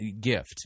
gift